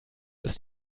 ist